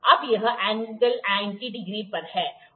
अब यह angle 90 degree है